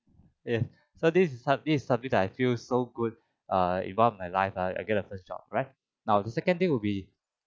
and so this is some this is something that I feel so good uh in one of my life like I got the first job right now the second thing will be